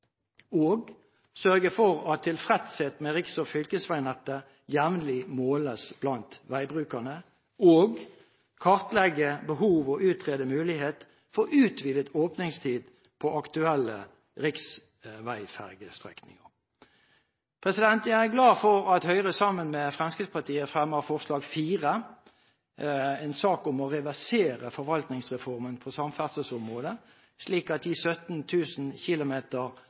regjeringen sørge for at tilfredshet med riks- og fylkesveier jevnlig måles blant veibrukerne.» Og: «Stortinget ber regjeringen kartlegge behov og utrede muligheter for utvidet åpningstid på aktuelle riksveifergestrekninger.» Jeg er glad for at Høyre sammen med Fremskrittspartiet fremmer forslag nr. 4, en sak om å reversere forvaltningsreformen på samferdselsområdet, slik at de 17 000 km